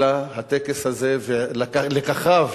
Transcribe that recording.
אלא הטקס הזה ולקחיו,